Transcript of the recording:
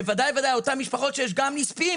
בוודאי ובוודאי באותן משפחות שיש גם נספים